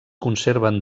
conserven